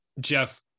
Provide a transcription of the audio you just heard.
Jeff